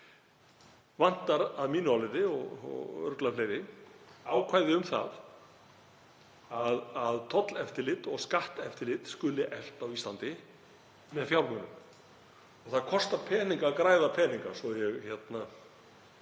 vantar að mínu áliti, og örugglega fleiri, ákvæði um að tolleftirlit og skatteftirlit skuli eflt á Íslandi með fjármunum. Það kostar peninga að græða peninga, svo ég hraðsnari